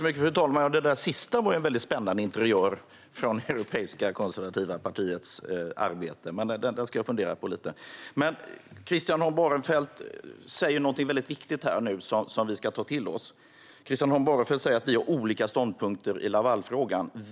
Fru talman! Det där sista var en mycket spännande interiör från Europeiska folkpartiets arbete. Jag ska fundera lite grann på det. Christian Holm Barenfeld säger någonting mycket viktigt nu som vi ska ta till oss. Han säger att vi - moderater och socialdemokrater - har olika ståndpunkter i Lavalfrågan.